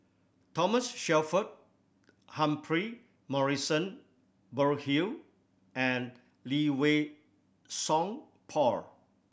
Thomas Shelford Humphrey Morrison Burkill and Lee Wei Song Paul